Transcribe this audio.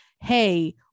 hey